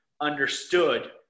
understood